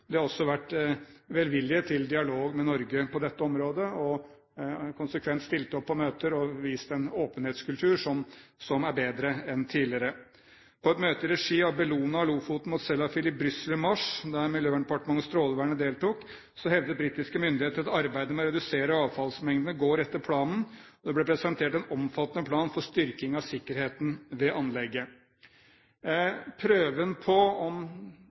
har også vært velvillige til dialog med Norge på dette området og konsekvent stilt opp på møter og vist en åpenhetskultur som er bedre enn tidligere. På et møte i regi av Bellona og «Lofoten mot Sellafield» i Brüssel i mars, der Miljøverndepartementet og Strålevernet deltok, hevdet britiske myndigheter at arbeidet med å redusere avfallsmengdene går etter planen, og det ble presentert en omfattende plan for styrking av sikkerheten ved anlegget. Prøven på denne påstanden om